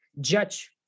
Judge